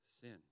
sin